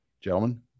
Gentlemen